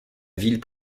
ville